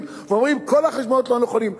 עכשיו ואומרים: כל החשבונות לא נכונים.